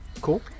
Cool